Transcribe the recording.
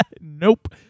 Nope